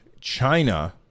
China